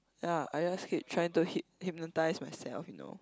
ya I just hate trying to hyp~ hypnotise myself you know